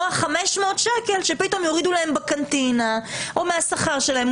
או ה-500 שקל שפתאום יורידו להם בקנטינה או מהשכר שלהם,